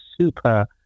super